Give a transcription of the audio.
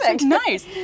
Nice